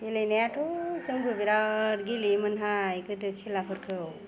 गेलेनायाथ' जोंबो बिराद गोलोयोमोनहाय गोदो खेलाफोरखौ